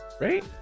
right